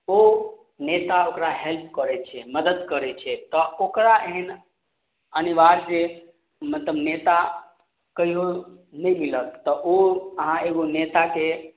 ओ नेता ओकरा हेल्प करय छै मदद करय छै तऽ ओकरा एहन अनिवार्य मतलब नेता कहियौ नहि मिलत तऽ ओ अहाँ एगो नेताके